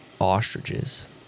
ostriches